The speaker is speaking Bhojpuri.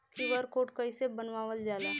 क्यू.आर कोड कइसे बनवाल जाला?